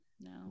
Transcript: No